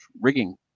rigging